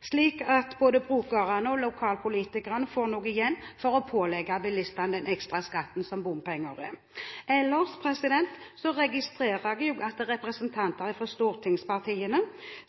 slik at både brukerne og lokalpolitikerne får noe igjen for å pålegge bilistene den ekstra skatten som bompenger er. Ellers registrerer jeg jo at representanter fra stortingspartiene